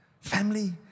Family